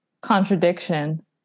Contradiction